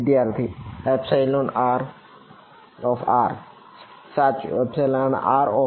વિદ્યાર્થી rr સાચું rr